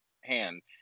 hand